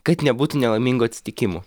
kad nebūtų nelaimingų atsitikimų